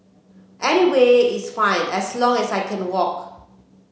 anywhere is fine as long as I can walk